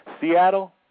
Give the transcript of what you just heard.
Seattle